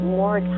more